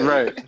Right